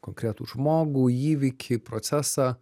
konkretų žmogų įvykį procesą